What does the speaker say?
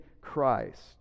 Christ